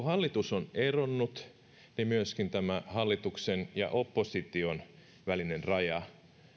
hallitus on eronnut niin myöskin tämä hallituksen ja opposition välinen raja